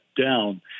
down